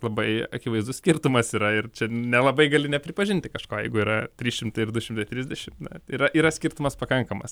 labai akivaizdus skirtumas yra ir nelabai gali nepripažinti kažko jeigu yra trys šimtai ir du šimtai trisdešim yra yra skirtumas pakankamas